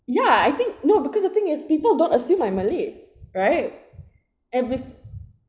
ya I think no because the thing is people don't assume I'm malay right and with